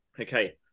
Okay